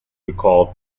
recalled